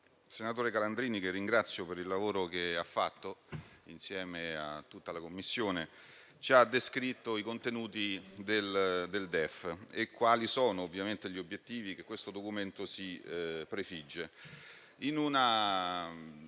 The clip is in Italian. senatore Calandrini, che ringrazio per il lavoro che ha fatto insieme a tutta la Commissione, ci ha descritto i contenuti del Documento di economia e finanza e gli obiettivi che questo Documento si prefigge, in un